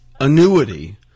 annuity